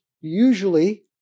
usually